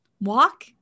walk